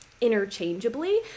interchangeably